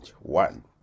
One